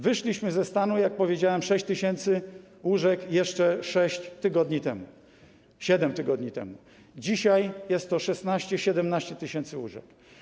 Wyszliśmy ze stanu, jak powiedziałem, 6 tys. łóżek jeszcze 6 tygodni temu, 7 tygodni temu, dzisiaj jest to 16, 17 tys. łóżek.